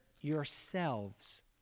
yourselves